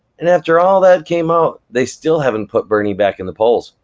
and after all that came out, they still haven't put bernie back in the polls,